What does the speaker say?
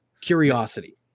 Curiosity